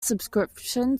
subscription